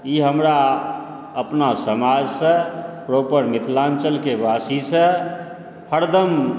ई हमरा अपना समाजसँ प्रोपर मिथिलाञ्चलके वासीसँ हरदम